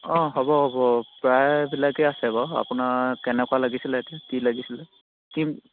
অঁ হ'ব হ'ব প্ৰায়বিলাকেই আছে বাৰু আপোনাৰ কেনেকুৱা লাগিছিলে এতিয়া কি লাগিছিলে